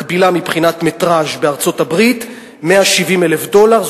מקבילה מבחינת מטרז' בארצות-הברית: 170,000 דולר.